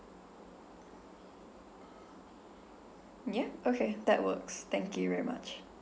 ya okay that works thank you very much